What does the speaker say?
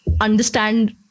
understand